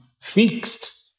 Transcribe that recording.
fixed